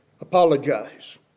apologize